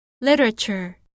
literature